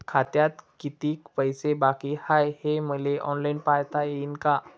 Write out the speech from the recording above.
खात्यात कितीक पैसे बाकी हाय हे मले ऑनलाईन पायता येईन का?